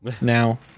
now